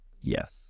yes